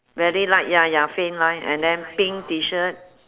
very light ya ya faint line and then pink T-shirt